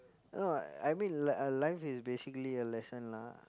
no I mean like life is basically a lesson lah